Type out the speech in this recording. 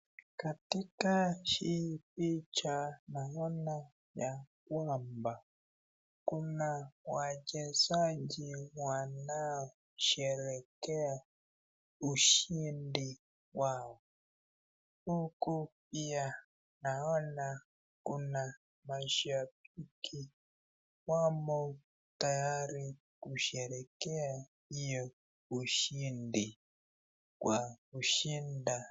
Katika hii picha naona ya kwamba kjna wachezaji wanaosherehekea ushindi wa, huku pia naona kuna mashabaiki wamo tayari kusherehekea huo ushindi kwa kushinda.